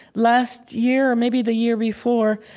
last year, or maybe the year before,